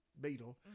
beetle